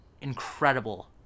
incredible